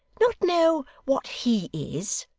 not know what he is!